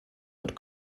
und